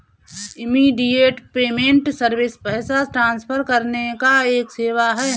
immediate payment service पैसा transfer करने का एक सेवा है